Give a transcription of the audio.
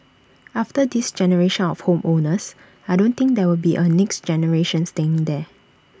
after this generation of home owners I don't think there will be A next generation staying there